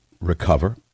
recover